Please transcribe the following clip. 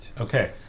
Okay